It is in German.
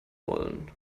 wollen